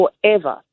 forever